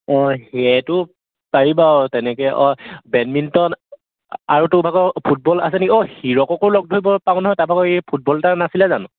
অঁ সেইটো পাৰিবা অঁ তেনেকৈ অঁ বেডমিণ্টন আৰু তোৰভাগৰ ফুটবল আছে নেকি অঁ হিৰককো লগ ধৰিব পাৰোঁ নহয় তাৰভাগৰ এই ফুটবল এটা নাছিলে জানো